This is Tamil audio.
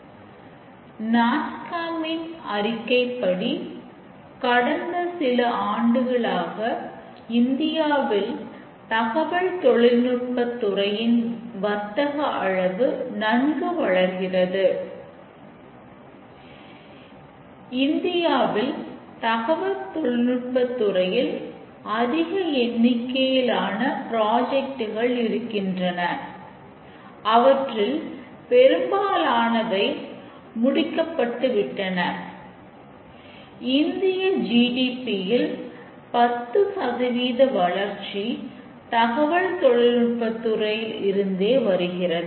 Refer Slide Time 0538 நாஸ்காம் யில் 10 சதவீத வளர்ச்சி தகவல் தொழில்நுட்பத் துறையில் இருந்தே வருகிறது